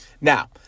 Now